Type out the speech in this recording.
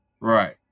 Right